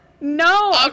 No